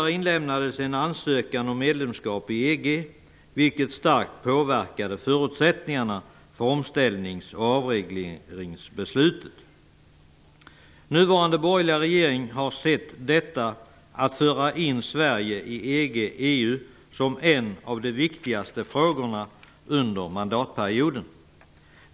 EG, vilket starkt påverkade förutsättningarna för omställnings och avregleringsbeslutet. Nuvarande borgerliga regering har sett detta att föra in Sverige i EG/EU som en av de viktigaste frågorna under mandatperioden.